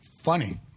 funny